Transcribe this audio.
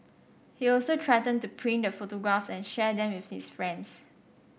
he also threatened to print the photographs and share them with his friends